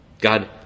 God